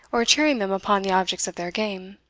or cheering them upon the objects of their game.